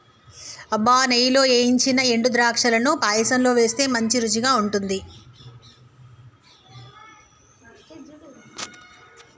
అబ్బ నెయ్యిలో ఏయించిన ఎండు ద్రాక్షలను పాయసంలో వేస్తే మంచి రుచిగా ఉంటుంది